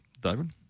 David